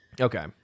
Okay